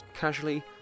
casually